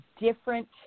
different